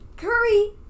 curry